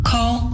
Call